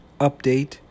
Update